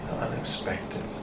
unexpected